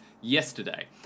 yesterday